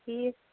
ٹھیٖک